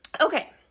Okay